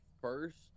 first